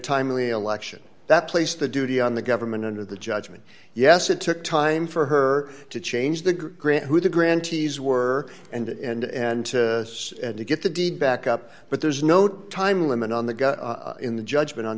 timely election that placed the duty on the government under the judgement yes it took time for her to change the grip who the grantees were and and to to get the deed back up but there's no time limit on the gun in the judgement on